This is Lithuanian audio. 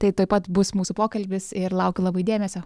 tai tuoj pat bus mūsų pokalbis ir laukiu labai dėmesio